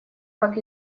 как